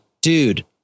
Dude